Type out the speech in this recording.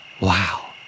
Wow